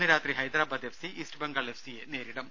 ഇന്ന് രാത്രി Hyderabad F C East Bengal F സിയെ നേരിടും